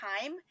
time